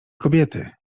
kobiety